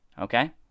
okay